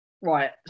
Right